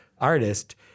artist